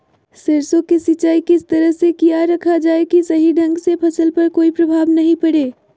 सरसों के सिंचाई किस तरह से किया रखा जाए कि सही ढंग से फसल पर कोई प्रभाव नहीं पड़े?